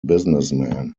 businessmen